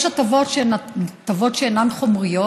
יש הטבות שאינן חומריות,